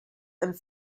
and